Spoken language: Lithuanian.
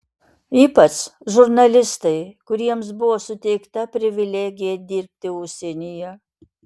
ypač žurnalistai kuriems buvo suteikta privilegija dirbti užsienyje